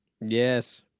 Yes